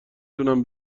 تونم